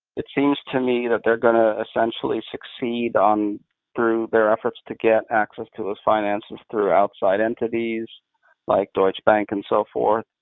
it seems to me that they're going to essentially succeed through their efforts to get access to his finances through outside entities like deutsche bank, and so forth.